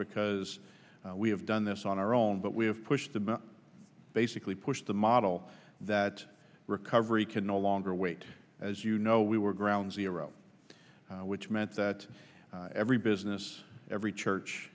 because we have done this on our own but we have pushed to basically push the model that recovery can no longer wait as you know we were ground zero which meant that every business every church